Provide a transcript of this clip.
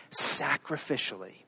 sacrificially